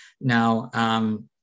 Now